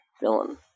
villain